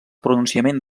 pronunciament